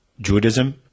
Judaism